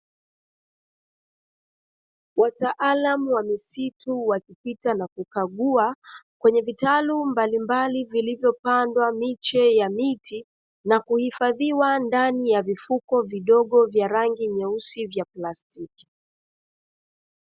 Wataalamu wa misitu, wakipita na kukagua kwenye vitalu mbalimbali vilivyopandwa miche ya miti na kuhifadhiwa ndani ya vifuko vidogo vya rangi nyeusi vya plastiki.